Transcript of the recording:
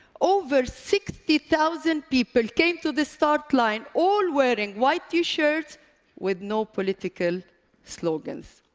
over sixty thousand people came to the start line, all wearing white t-shirts with no political slogans.